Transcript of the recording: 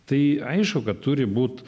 tai aišku kad turi būt